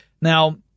Now